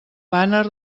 bàner